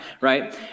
Right